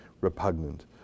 repugnant